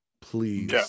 please